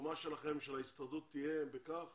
התרומה שלכם, של ההסתדרות, תהיה בכך